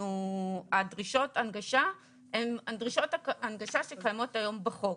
דרישות ההנגשה הן דרישות הנגשה שקיימות היום בחוק,